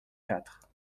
quatre